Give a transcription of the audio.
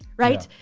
right?